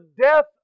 death